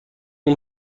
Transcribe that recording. اون